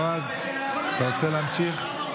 בועז, אתה רוצה להמשיך?